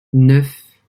neuf